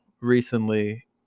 recently